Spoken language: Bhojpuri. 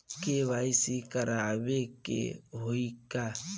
के.वाइ.सी करावे के होई का?